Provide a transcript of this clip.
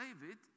David